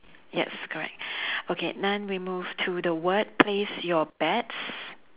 yes correct okay now we move to the word place your bets